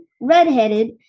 Redheaded